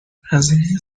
هزینه